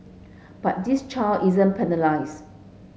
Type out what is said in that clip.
but this child isn't penalised